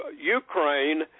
Ukraine